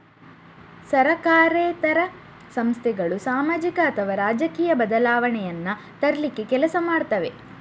ಸರಕಾರೇತರ ಸಂಸ್ಥೆಗಳು ಸಾಮಾಜಿಕ ಅಥವಾ ರಾಜಕೀಯ ಬದಲಾವಣೆಯನ್ನ ತರ್ಲಿಕ್ಕೆ ಕೆಲಸ ಮಾಡ್ತವೆ